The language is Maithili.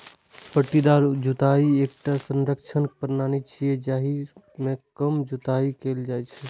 पट्टीदार जुताइ एकटा संरक्षण प्रणाली छियै, जाहि मे कम जुताइ कैल जाइ छै